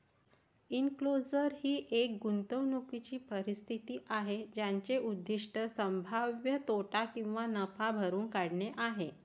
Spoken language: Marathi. एन्क्लोजर ही एक गुंतवणूकीची परिस्थिती आहे ज्याचे उद्दीष्ट संभाव्य तोटा किंवा नफा भरून काढणे आहे